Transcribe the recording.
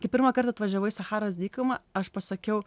kai pirmąkart atvažiavau į sacharos dykumą aš pasakiau